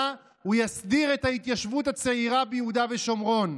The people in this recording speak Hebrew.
הוא יסדיר את ההתיישבות הצעירה ביהודה ושומרון,